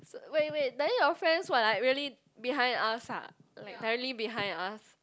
wait wait then your friends what ah really behind us ah like directly behind us